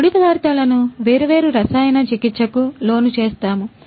ఈ ముడి పదార్థాలను వేర్వేరు రసాయన చికిత్సకు లోనుచేస్తాము